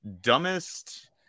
dumbest